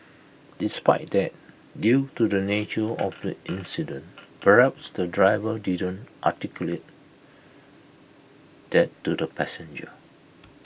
despite that due to the nature of the incident perhaps the driver didn't articulate that to the passenger